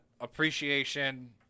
appreciation